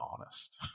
honest